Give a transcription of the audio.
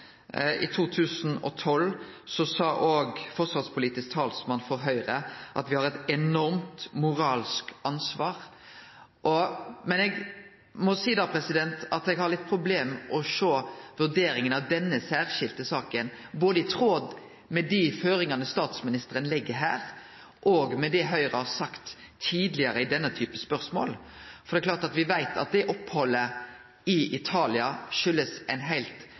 I 2012 sa òg forsvarspolitisk talsmann for Høgre at me har eit enormt moralsk ansvar. Men da må eg seie at eg har litt problem med å sjå vurderinga i denne særskilde saka, både i tråd med dei føringane statsministeren legg her, og med det Høgre har sagt tidlegare i denne typen spørsmål. Det er klart: Me veit at det opphaldet i Italia kjem av ei heilt